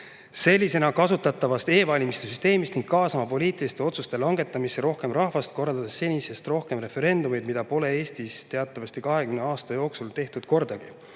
sellisena kasutatavast e-valimiste süsteemist ning kaasama poliitiliste otsuste langetamisse rohkem rahvast, korraldades senisest rohkem referendumeid, mida pole Eestis teatavasti 20 aasta jooksul tehtud kordagi?